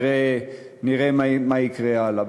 נראה מה יקרה הלאה.